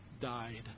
died